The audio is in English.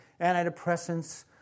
antidepressants